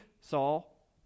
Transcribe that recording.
Saul